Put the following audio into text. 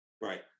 Right